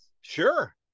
Sure